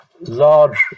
large